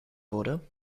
wurde